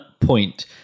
point